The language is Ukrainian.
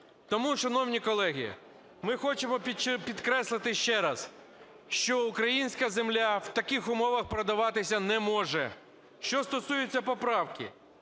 Тому, шановні колеги, ми хочемо підкреслити ще раз, що українська земля в таких умовах продаватися не може. Що стосується поправки,